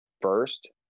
first